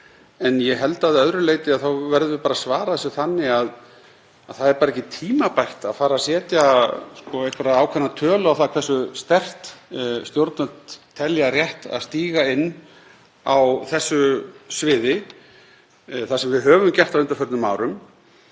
En ég held að öðru leyti þá verðum við að svara þessu þannig að það er bara ekki tímabært að fara að setja einhverja ákveðna tölu á það hversu sterkt stjórnvöld telja rétt að stíga inn á þessu sviði. Það sem við höfum gert á undanförnum árum